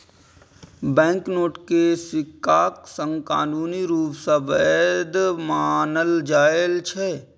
banknote कें सिक्काक संग कानूनी रूप सं वैध मानल जाइ छै